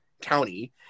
county